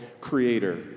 Creator